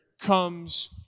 comes